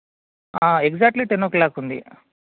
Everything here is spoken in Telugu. ఎగ్జాక్ట్లీ టెన్నో క్లాక్కుంది